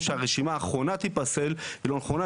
שהרשימה האחרונה תיפסל היא לא נכונה,